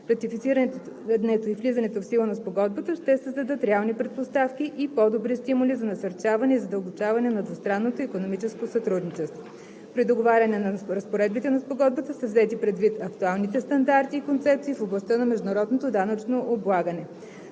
Ратифицирането и влизането в сила на Спогодбата ще създадат реални предпоставки и по-добри стимули за насърчаване и задълбочаване на двустранното икономическо сътрудничество. При договаряне на разпоредбите на Спогодбата са взети предвид актуалните стандарти и концепции в областта на международното данъчно облагане.